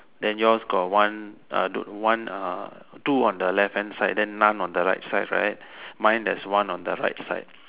then yours got one one two on the left hand side then none on the right hand side right mine there is one on the right side